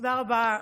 תודה רבה.